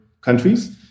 countries